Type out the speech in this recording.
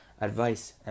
advice